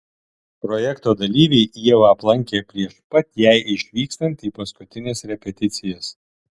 projekto dalyviai ievą aplankė prieš pat jai išvykstant į paskutines repeticijas